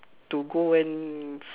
to go and